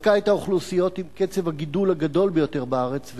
דווקא את האוכלוסיות עם שיעור הגידול הגדול ביותר בארץ,